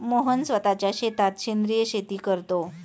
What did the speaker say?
मोहन स्वतःच्या शेतात सेंद्रिय शेती करतो